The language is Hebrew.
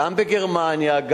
גם בגרמניה,